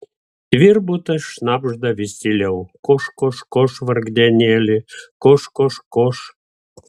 tvirbutas šnabžda vis tyliau koš koš koš vargdienėli koš koš koš